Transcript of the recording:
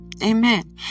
amen